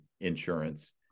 insurance